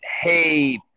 hey